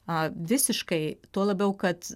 visiškai tuo labiau kad